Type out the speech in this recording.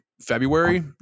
february